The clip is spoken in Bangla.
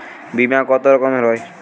বিমা কত রকমের হয়?